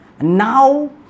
now